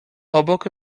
obok